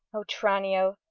oh tranio,